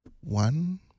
One